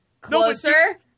Closer